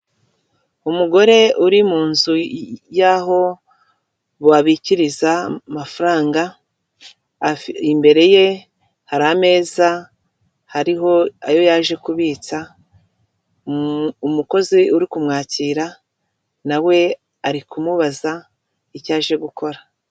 Umugore uri mu nzu ya'ho babikiriza amafaranga, imbere ye hari ameza hariho ayo yaje kubitsa. Umukozi uri kumwakira na we arimubaza icyo aje gukora.